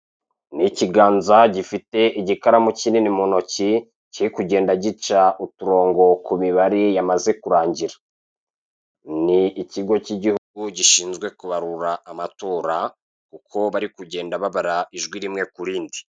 Ni ikiganza gifite igikaramu kinini mu ntoki kiri kugenda gica uturongo ku mibare yamaze kurangira. Ni ikigo k'igihugu gishinzwe kubarura amatora kuko bari kugenda babara ijwi rimwe ku rindi.